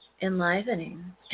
enlivening